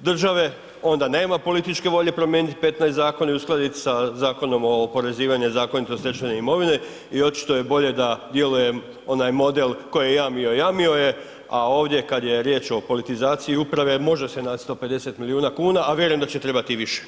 države onda nema političke volje promijeniti 15 zakona i uskladit sa Zakonom o oporezivanju nezakonito stečene imovine i očito je bolje da djeluje onaj model, tko je jamio jamio je, a ovdje kad je riječ o politizaciji uprave može se nać 150 milijuna kuna, a vjerujem da će trebati i više.